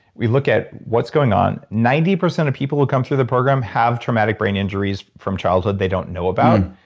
we look at what's going on. ninety percent of people who come through the program have traumatic brain injuries from childhood they don't know about.